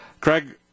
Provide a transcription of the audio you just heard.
craig